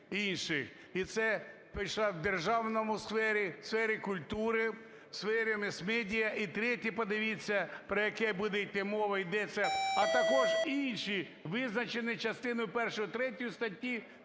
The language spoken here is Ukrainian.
пішло в державній сфері, у сфері культури, в сфері мас-медіа, і третє, подивіться, про яке буде йти мова, йдеться, а також інші, визначені частиною першою-третьою статті,